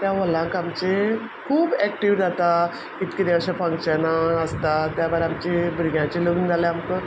त्या हॉलांत आमचे खूब एक्टिविटीज जाता कीत कितें अशें फंक्शना आसता त्या भायर आमचीं भुरग्यांची लग्न जाल्यार आमकां